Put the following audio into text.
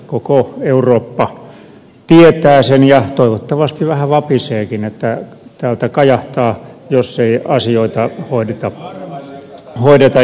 koko eurooppa tietää sen ja toivottavasti vähän vapiseekin että täältä kajahtaa jos ei asioita hoideta jatkossa kunnolla